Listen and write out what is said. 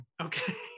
Okay